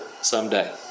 someday